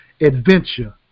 adventure